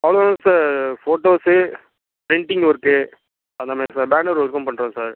அவ்வளோ தான் sir photos printing work அந்தமாதிரி சார் பேனர் ஒர்க்கும் பண்ணுறோம் சார்